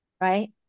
right